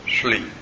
sleep